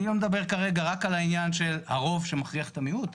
אני לא מדבר כרגע רק על העניין של הרוב שמכריח את המיעוט,